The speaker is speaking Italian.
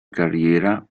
carriera